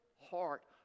heart